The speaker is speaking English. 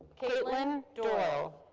caitlin doyle.